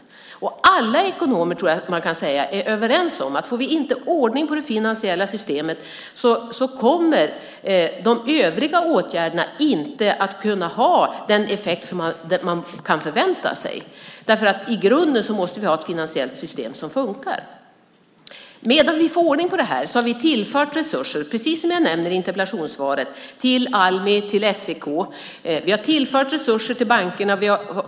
Jag tror att man kan säga att alla ekonomer är överens om att om vi inte får ordning på det finansiella systemet kommer de övriga åtgärderna inte att få den effekt som man kan förvänta sig. I grunden måste vi ha ett finansiellt system som fungerar. Medan vi arbetar med att få ordning på det har vi tillfört resurser, precis som jag nämnde i interpellationssvaret, till Almi, SEK, bankerna.